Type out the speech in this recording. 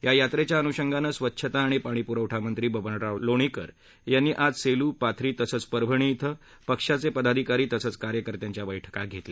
या यात्रेच्या अनुषंगानं स्वच्छता आणि पाणी पुरवठा मंत्री बबनराव लोणीकर यांनी आज सेलू पाथरी तसंच परभणी इथं पक्षाचे पदाधिकारी तसंच कार्यकर्त्यांच्या बैठका घेतल्या